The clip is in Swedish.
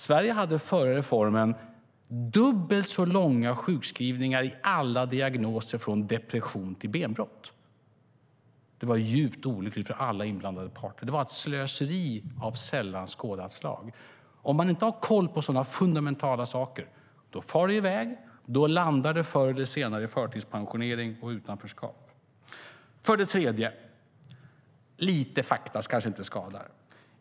Sverige hade före reformen dubbelt så långa sjukskrivningar med alla diagnoser från depression till benbrott. Det var djupt olyckligt för alla inblandade parter. Det var ett slöseri av sällan skådat slag. Om vi inte har koll på sådana fundamentala saker far det i väg. Då landar det förr eller senare i förtidspensionering och utanförskap. För det tredje - lite fakta kanske inte skadar.